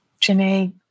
Janae